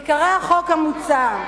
עיקרי החוק המוצע: